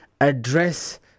address